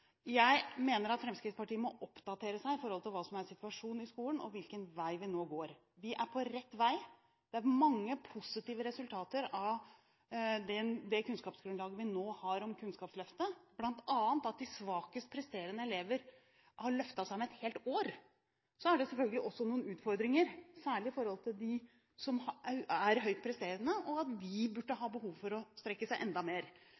jeg mener at Fremskrittspartiet må oppdatere seg i forhold til hva som er situasjonen i skolen, og hvilken vei vi nå går. Vi er på rett vei. Det er mange positive resultater av det kunnskapsgrunnlaget vi nå har om Kunnskapsløftet, bl.a. at de svakest presterende elever har løftet seg med et helt år. Så er det selvfølgelig også noen utfordringer, særlig i forhold til at de som er høyt presterende, burde ha behov for å strekke seg enda mer.